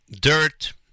dirt